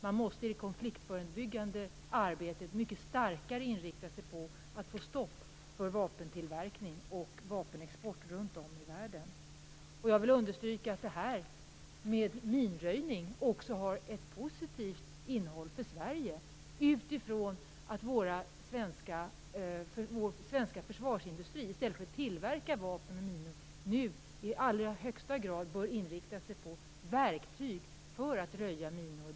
Man måste i det konfliktförebyggande arbetet mycket starkare inrikta sig på att få stopp för vapentillverkning och vapenexport runt om i världen. Jag vill understryka att minröjning också har en positiv innebörd för Sverige, med tanke på att vår svenska försvarsindustri i stället för att tillverka vapen och minor nu i alla högsta grad bör inrikta sig på verktyg för att röja minor.